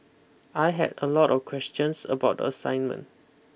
I had a lot of questions about the assignment